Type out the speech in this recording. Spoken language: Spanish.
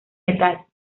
metal